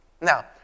Now